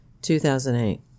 2008